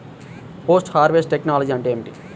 Post harvest technology అంటే ఏమిటి?